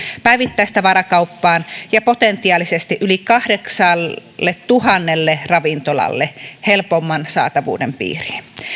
päivittäistavarakauppaan ja potentiaalisesti yli kahdeksalletuhannelle ravintolalle helpomman saatavuuden piiriin